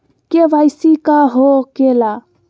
KYC का हो के ला?